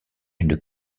une